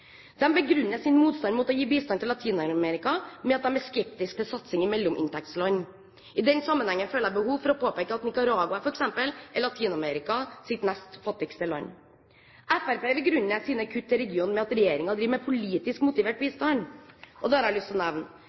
begrunner sin motstand mot å gi bistand til Latin-Amerika med at de er skeptisk til satsing i mellominntektsland. I den sammenhengen føler jeg behov for å påpeke at f.eks. Nicaragua er Latin-Amerikas nest fattigste land. Fremskrittspartiet begrunner sine kutt i regionen med at regjeringen driver med politisk motivert bistand. Da har jeg lyst til å nevne